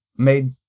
Made